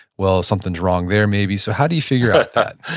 well, something's wrong there maybe. so how do you figure out that?